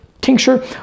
tincture